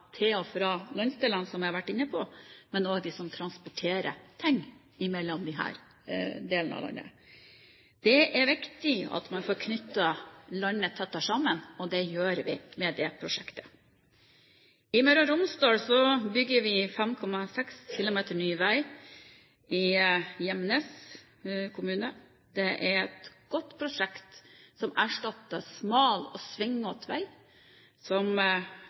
til og fra de ulike landsdelene, som jeg har vært inne på, men også for dem som transporterer ting mellom disse delene av landet. Det er viktig at man får knyttet landet tettere sammen, og det gjør vi med det prosjektet. I Møre og Romsdal bygger vi 5,6 km ny vei i Gjemnes kommune. Det er et godt prosjekt som erstatter smal og svingete vei, som